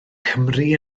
cymru